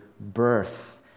birth